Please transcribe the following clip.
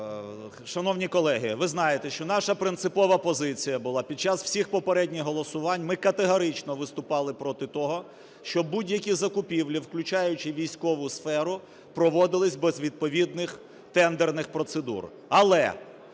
Шановні колеги, ви знаєте, що наша принципова позиція була під час всіх попередніх голосувань, ми категорично виступали проти того, що будь-які закупівлі, включаючи військову сферу, проводились без відповідних тендерних процедур.